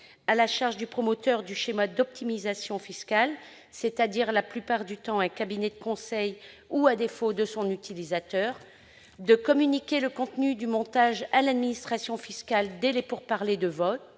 à la charge du promoteur du schéma d'optimisation fiscale- il s'agit la plupart du temps d'un cabinet de conseil -ou, à défaut, de son utilisateur, de communiquer le contenu du montage à l'administration fiscale dès les pourparlers de vente